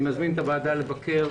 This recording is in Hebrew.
אני מזמין את הוועדה לבקר.